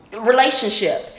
relationship